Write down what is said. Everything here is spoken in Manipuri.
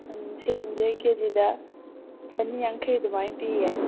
ꯎꯝ ꯁꯦꯝꯁꯦ ꯀꯦꯖꯤꯗ ꯆꯅꯤ ꯌꯥꯡꯈꯩ ꯑꯗꯨꯃꯥꯏꯅ ꯄꯤꯌꯦ